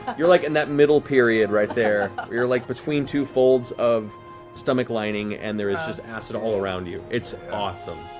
you're like in that middle period right there, you're like between two folds of stomach lining and there is just acid all around. it's awesome.